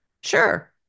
Sure